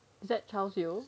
is that charles hew